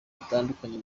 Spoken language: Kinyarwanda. batandukanye